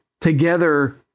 together